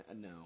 No